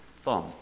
thumb